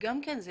אני